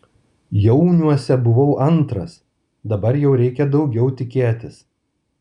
jauniuose buvau antras dabar jau reikia daugiau tikėtis